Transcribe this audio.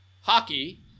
hockey